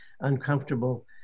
uncomfortable